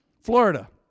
Florida